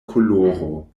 koloro